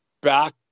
back